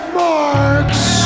marks